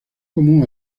común